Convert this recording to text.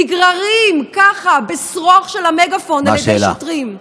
נגררים ככה בשרוך של המגפון על ידי שוטרים?